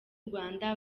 rwanda